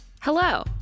Hello